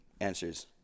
answers